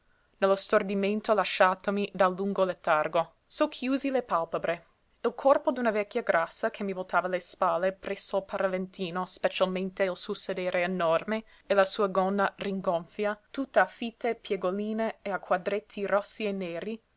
nello stordimento lasciatomi dal lungo letargo socchiusi le pàlpebre il corpo d'una vecchia grassa che mi voltava le spalle presso il paraventino specialmente il suo sedere enorme e la sua gonna rigonfia tutta a fitte piegoline e a quadretti rossi e neri